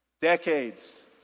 decades